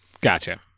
Gotcha